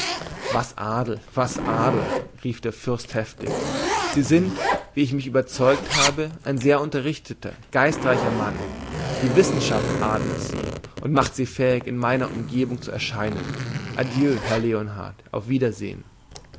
was adel was adel rief der fürst heftig sie sind wie ich mich überzeugt habe ein sehr unterrichteter geistreicher mann die wissenschaft adelt sie und macht sie fähig in meiner umgebung zu erscheinen adieu herr leonard auf wiedersehen